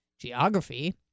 geography